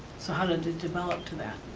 so how did it develop to that?